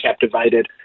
captivated